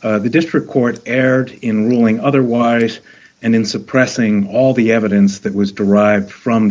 the district court erred in ruling otherwise and in suppressing all the evidence that was derived from